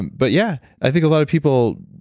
but yeah, i think a lot of people,